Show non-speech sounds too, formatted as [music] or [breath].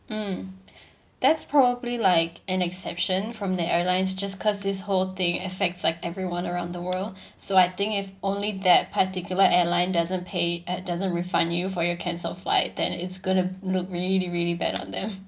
um that's probably like an exception from the airlines just cause this whole thing affects like everyone around the world [breath] so I think if only that particular airline doesn't pay uh doesn't refund you for your cancelled flight then it's going to look really really bad on them